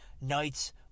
nights